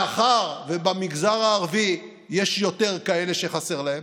מאחר שבמגזר הערבי יש יותר כאלה שחסר להם,